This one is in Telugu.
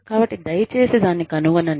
కాబట్టి దయచేసి దాన్ని కనుగొనండి